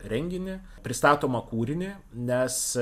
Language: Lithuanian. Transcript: renginį pristatomą kūrinį nes